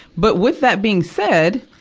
but with that being said,